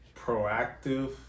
proactive